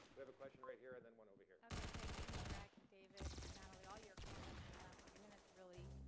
we have a question right here, and then one over here. okay, thank you greg, and david, and natalie. all your comments in the last few minutes really